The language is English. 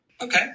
Okay